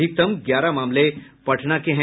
अधिकतम ग्यारह मामले पटना के हैं